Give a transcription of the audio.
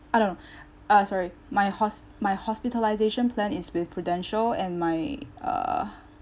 ah no ah sorry my hos~ my hospitalisation plan is with prudential and my uh